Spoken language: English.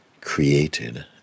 created